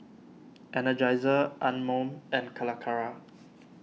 Energizer Anmum and Calacara